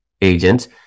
agents